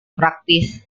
praktis